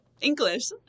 English